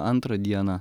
antrą dieną